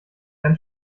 ganz